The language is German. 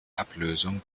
ablösung